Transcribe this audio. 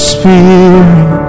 Spirit